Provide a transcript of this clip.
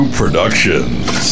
productions